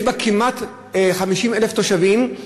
יש בה כמעט 50,000 תושבים,